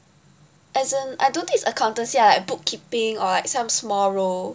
as in I don't think is accountancy ah like bookkeeping or some small role